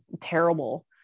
terrible